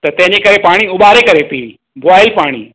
त तंहिंजे करे पाणी उॿारे करे पीउ बॉइल पाणी